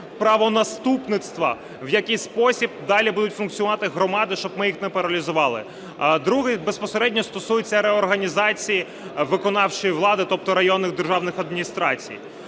правонаступництва, в який спосіб далі будуть функціонувати громади, щоб ми їх не паралізували. Другий безпосередньо стосується реорганізації виконавчої влади, тобто районних державних адміністрацій.